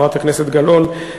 חברת הכנסת גלאון,